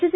S